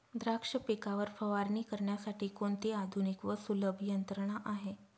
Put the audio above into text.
द्राक्ष पिकावर फवारणी करण्यासाठी कोणती आधुनिक व सुलभ यंत्रणा आहे?